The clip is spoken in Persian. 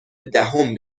دهم